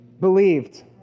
believed